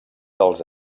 dels